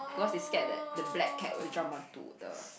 because they scared that the black cat will jump onto the